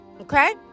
okay